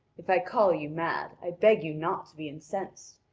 if i call you mad, i beg you not to be incensed.